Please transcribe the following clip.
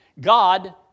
God